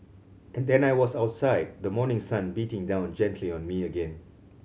and then I was outside the morning sun beating down gently on me again